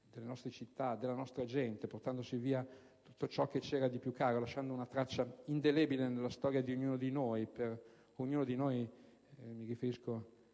delle nostre città, della nostra gente, portandosi via tutto ciò che c'era di più caro e lasciando una traccia indelebile nella storia di ognuno di noi,